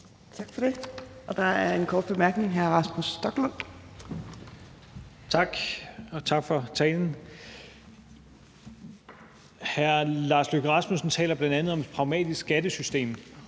Tak for det. Der er en kort bemærkning. Hr. Rasmus Stoklund. Kl. 19:33 Rasmus Stoklund (S): Tak, og tak for talen. Hr. Lars Løkke Rasmussen taler bl.a. om et pragmatisk skattesystem,